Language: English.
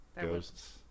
Ghosts